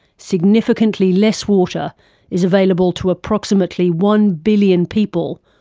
significantly less water is available to approximately one billion people,